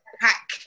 hack